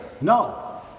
No